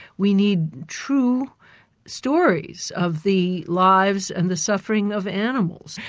we need true stories of the lives and the suffering of animals.